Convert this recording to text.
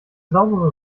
saubere